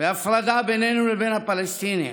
והפרדה בינינו לבין הפלסטינים,